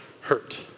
hurt